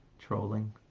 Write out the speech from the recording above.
trolling